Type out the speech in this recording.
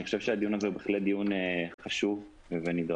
אני חושב שהדיון הזה בהחלט דיון חשוב ונדרש.